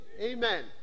Amen